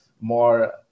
more